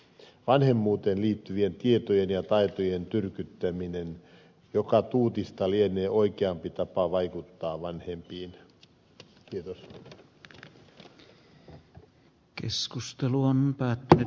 vanhemmuuteen liittyvien tietojen ja taitojen tyrkyttäminen joka tuutista lienee oikeampi tapa vaikuttaa vanhempiin kevyt keskustelu on päättynyt